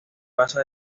pasa